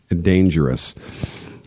dangerous